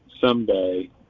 someday